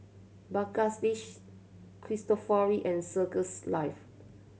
Bagstationz Cristofori and Circles Life